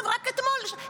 רק אתמול,